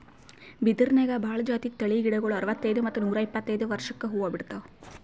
ಬಿದಿರ್ನ್ಯಾಗ್ ಭಾಳ್ ಜಾತಿ ತಳಿ ಗಿಡಗೋಳು ಅರವತ್ತೈದ್ ಮತ್ತ್ ನೂರ್ ಇಪ್ಪತ್ತೈದು ವರ್ಷ್ಕ್ ಹೂವಾ ಬಿಡ್ತಾವ್